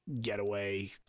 getaway